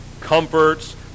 Comforts